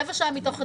רבע שעה מתוך הדיון,